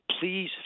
Please